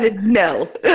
no